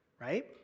right